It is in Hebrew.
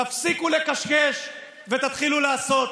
תפסיקו לקשקש ותתחילו לעשות.